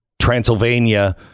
Transylvania